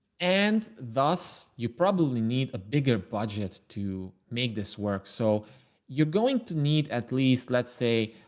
and thus you probably need a bigger budget to make this work. so you're going to need at least, let's say,